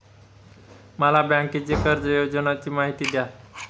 मला बँकेच्या कर्ज योजनांची माहिती द्या